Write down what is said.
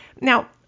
Now